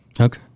Okay